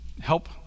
help